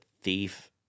thief